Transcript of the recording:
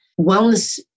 wellness